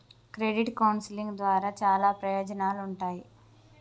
credit counselling ద్వారా చాలా ప్రయోజనాలుంటాయి